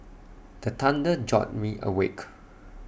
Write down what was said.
the thunder jolt me awake